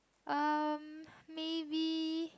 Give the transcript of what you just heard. um maybe